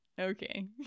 okay